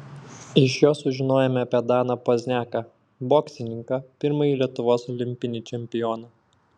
iš jo sužinojome apie daną pozniaką boksininką pirmąjį lietuvos olimpinį čempioną